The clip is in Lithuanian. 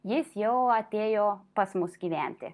jis jau atėjo pas mus gyventi